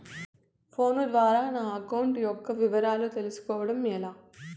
Phone ద్వారా నా account యొక్క వివరాలు తెలుస్కోవడం ఎలా?